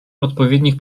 odpowiednich